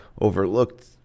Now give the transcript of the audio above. overlooked